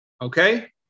Okay